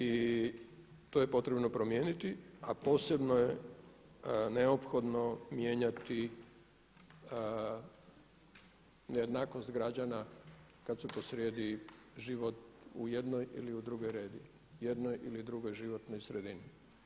I to je potrebno promijeniti, a posebno je neophodno mijenjati nejednakost građana kad su posrijedi život u jednoj ili u drugoj regiji, jednoj ili drugoj životnoj sredini.